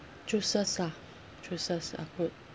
juices lah juices are good